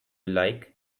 like